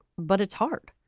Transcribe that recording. but it's hard.